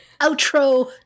outro